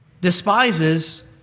despises